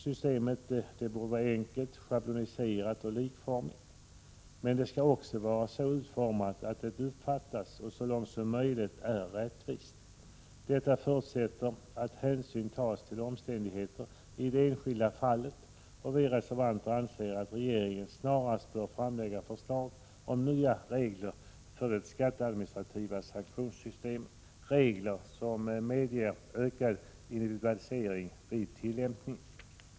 Systemet borde vara enkelt, schabloniserat ” och likformigt. Men det skall också vara så utformat att det uppfattas som rättvist och så långt som möjligt också är det. Detta förutsätter att hänsyn tas till omständigheterna i det enskilda fallet, och vi reservanter anser att regeringen snarast bör framlägga förslag om nya regler för det skatteadministrativa sanktionssystemet, regler som medger ökad individualisering vid tillämpningen.